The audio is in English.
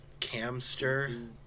Camster